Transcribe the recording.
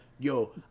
Yo